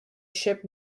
ship